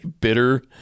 bitter